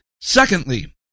Secondly